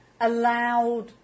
allowed